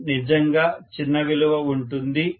current నిజంగా చిన్న విలువ ఉంటుంది